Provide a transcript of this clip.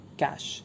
cash